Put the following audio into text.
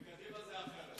בקדימה זה אחרת.